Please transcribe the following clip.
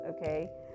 okay